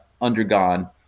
undergone